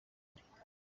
kure